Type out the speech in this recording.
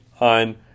on